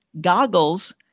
goggles